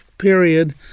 period